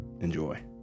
enjoy